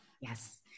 Yes